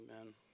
Amen